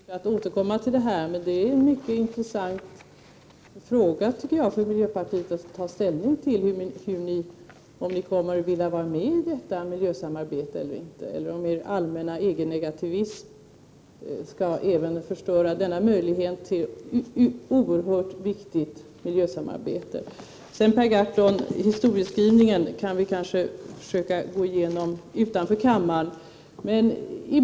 Fru talman! Vi får säkerligen tillfälle att återkomma till detta, som är en mycket intressant fråga för miljöpartiet att ta ställning till. Kommer ni att vilja vara med i detta miljösamarbete eller inte? Eller kommer er allmänna EG-negativism att förstöra även denna möjlighet till oerhört viktigt miljösamarbete? Per Gahrton! Historieskrivningen kan vi kanske diskutera utanför kammaren.